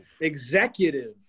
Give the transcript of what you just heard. Executive